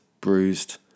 bruised